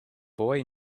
boy